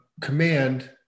command